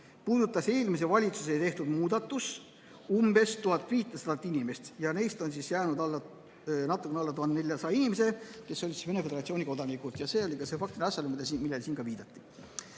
puudutas eelmise valitsuse tehtud muudatus umbes 1500 inimest ja neist on jäänud natukene alla 1400 inimese, kes olid siis Venemaa Föderatsiooni kodanikud. See oli ka see faktiline asjaolu, millele siingi viidati.